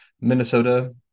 Minnesota